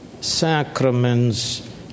sacraments